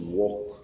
walk